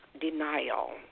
denial